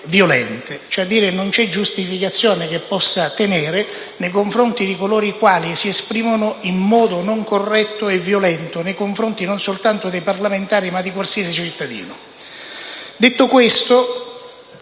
non c'è giustificazione che possa tenere rispetto a coloro i quali si esprimono in modo non corretto e violento nei confronti non soltanto dei parlamentari ma di qualsiasi cittadino.